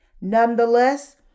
Nonetheless